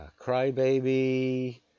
crybaby